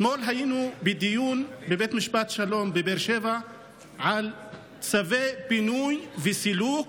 אתמול היינו בדיון בבית משפט שלום בבאר שבע על צווי פינוי וסילוק